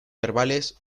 verbales